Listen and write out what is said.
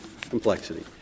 complexity